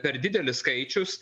per didelis skaičius